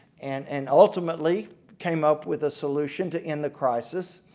and and ultimately came up with a solution to end the crisis.